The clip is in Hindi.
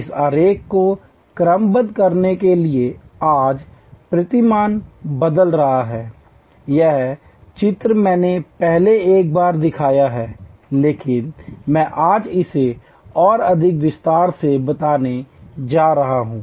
इस आरेख को क्रमबद्ध करने के लिए आज प्रतिमान बदल रहा है यह चित्र मैंने पहले एक बार दिखाया है लेकिन मैं आज इसे और अधिक विस्तार से बताने जा रहा हूं